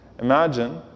Imagine